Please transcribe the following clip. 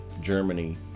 Germany